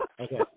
Okay